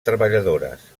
treballadores